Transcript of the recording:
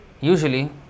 usually